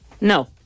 No